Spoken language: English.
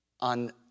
on